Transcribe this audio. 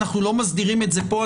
אנחנו לא מסדירים את זה פה,